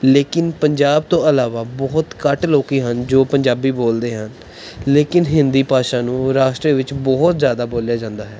ਲੇਕਿਨ ਪੰਜਾਬ ਤੋਂ ਇਲਾਵਾ ਬਹੁਤ ਘੱਟ ਲੋਕ ਹਨ ਜੋ ਪੰਜਾਬੀ ਬੋਲਦੇ ਹਨ ਲੇਕਿਨ ਹਿੰਦੀ ਭਾਸ਼ਾ ਨੂੰ ਰਾਸ਼ਟਰ ਵਿੱਚ ਬਹੁਤ ਜ਼ਿਆਦਾ ਬੋਲਿਆ ਜਾਂਦਾ ਹੈ